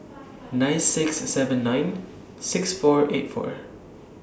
nine six seven nine six four eight four